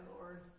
Lord